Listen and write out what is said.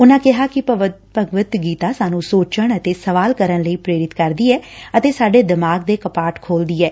ਉਨੂਾ ਕਿਹਾ ਕਿ ਭਗਵਤ ਗੀਤਾ ਸਾਨੂੰ ਸੋਚਣ ਅਤੇ ਸਵਾਲ ਕਰਨ ਲਈ ਪ੍ਰੇਰਿਤ ਕਰਦੀ ਐ ਅਤੇ ਸਾਡੇ ਦਿਮਾਗ ਦੇ ਕਪਾਟ ਖੋਲਦੀ ਐ